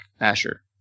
Asher